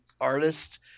artist